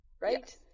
right